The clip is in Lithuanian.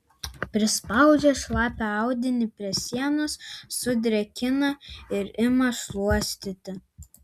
prispaudžia šlapią audinį prie sienos sudrėkina ir ima šluostyti